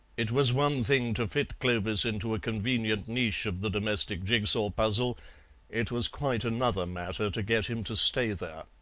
it was one thing to fit clovis into a convenient niche of the domestic jig-saw puzzle it was quite another matter to get him to stay there.